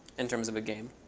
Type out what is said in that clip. in terms of a game?